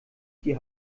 die